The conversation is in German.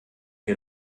wir